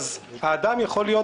אדוני,